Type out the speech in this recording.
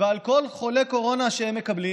ועל כל חולה קורונה שהם מקבלים